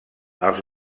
els